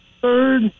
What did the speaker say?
third